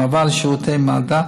מעבר לשירותי מד"א,